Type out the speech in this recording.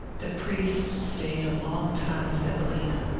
the priest stayed a long time with evelina.